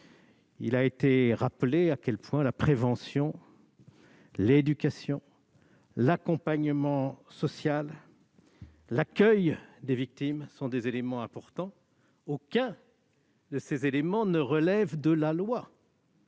Il a été rappelé à quel point la prévention, l'éducation, l'accompagnement social et l'accueil des victimes sont des éléments importants ; aucun d'entre eux ne relève de la loi.